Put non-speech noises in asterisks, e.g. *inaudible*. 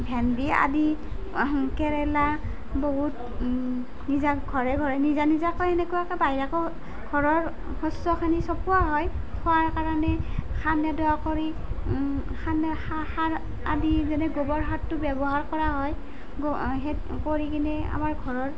ভেণ্ডী আদি কেৰেলা বহুত নিজা ঘৰে ঘৰে নিজা নিজাকৈ সেনেকুৱাকৈ *unintelligible* ঘৰত শস্য়খিনি চপোৱা হয় খোৱাৰ কাৰণে *unintelligible* কৰি সাৰ আদি যেনে গোৱৰ সাৰটো ব্য়ৱহাৰ কৰা হয় কৰি কিনি আমাৰ ঘৰৰ